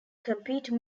compete